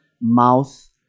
mouth